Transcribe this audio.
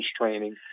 training